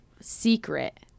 secret